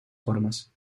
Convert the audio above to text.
formas